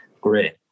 great